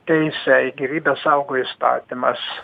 teisę į gyvybę saugo įstatymas